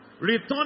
Return